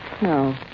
No